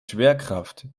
schwerkraft